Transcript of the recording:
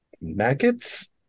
maggots